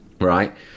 Right